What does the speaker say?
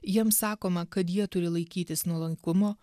jiems sakoma kad jie turi laikytis nuolankumo